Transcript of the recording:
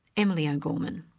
emily o'gorman.